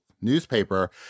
newspaper